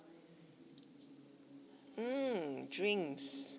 mm drinks